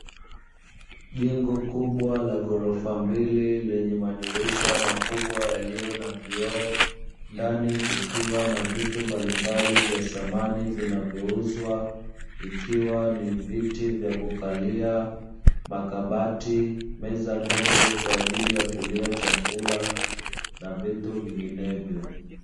Jengo kubwa la ghorofa mbili lenye madirisha makubwa yaliyo na vioo, ndani kukiwa na vitu mbalimbali vya thamani vinavyouzwa kikiwa ni viti vya kukalia, makabati, meza ndogo kwa ajili ya kulia chakula na vitu vinginevyo.